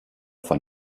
von